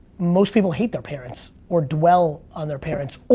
most people hate their parents or dwell on their parents,